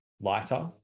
lighter